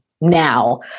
Now